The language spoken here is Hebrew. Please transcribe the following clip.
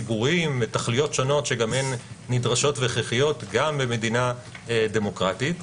ציבוריים ותכליות שונות שגם הן נדרשות והכרחיות גם במדינה דמוקרטיות,